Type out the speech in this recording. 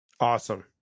Awesome